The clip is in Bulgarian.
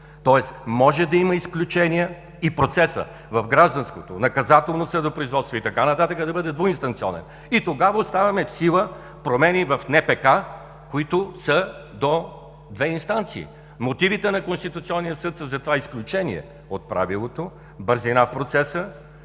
Тоест, може да има изключения и процесът в гражданското, наказателното съдопроизводство и така нататък да бъде двуинстанционен и тогава оставяме в сила промените в НПК, които са до две инстанции. Мотивите на Конституционния съд са за това изключение от правилото – бързина в процеса,